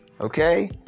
Okay